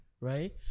right